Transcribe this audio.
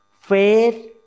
faith